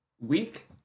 week